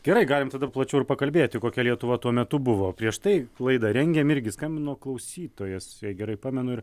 gerai galim tada plačiau ir pakalbėti kokia lietuva tuo metu buvo prieš tai laidą rengėm irgi skambino klausytojas jei gerai pamenu ir